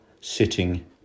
sitting